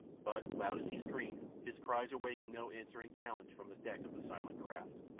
but loud as he screamed his cries awakened no answering challenge from the deck of the silent craft.